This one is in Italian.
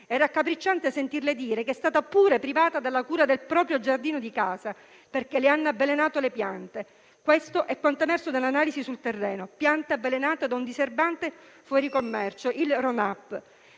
raccapricciante sentirle dire che è stata pure privata della cura del giardino di casa, perché le hanno avvelenato le piante. Questo è quanto emerso dall'analisi sul terreno: piante avvelenate da un diserbante fuori commercio (Roundup).